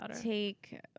take